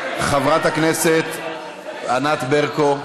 חברת הכנסת ענת ברקו,